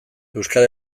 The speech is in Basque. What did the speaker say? euskal